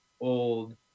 old